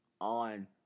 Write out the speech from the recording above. on